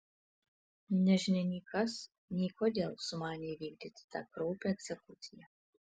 nežinia nei kas nei kodėl sumanė įvykdyti tą kraupią egzekuciją